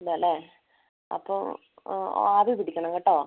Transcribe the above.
ഇല്ല അല്ലെ അപ്പോൾ ആവി പിടിക്കണം കേട്ടോ